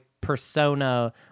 persona